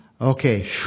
Okay